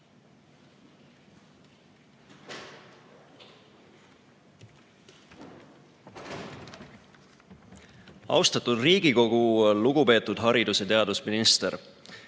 Austatud Riigikogu! Lugupeetud haridus- ja teadusminister!